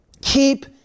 Keep